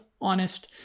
honest